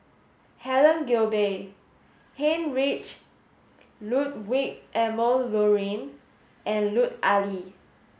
Helen Gilbey Heinrich Ludwig Emil Luering and Lut Ali